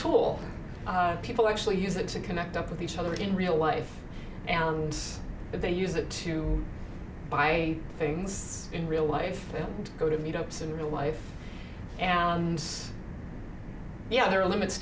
tool people actually use it to connect up with each other in real life and they use it to buy things in real life go to meet ups in real life and yeah there are limits